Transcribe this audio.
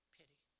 pity